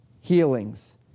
healings